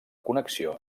connexió